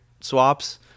swaps